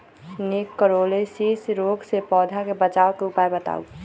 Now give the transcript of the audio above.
निककरोलीसिस रोग से पौधा के बचाव के उपाय बताऊ?